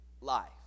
life